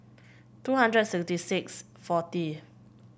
two hundred sixty six forty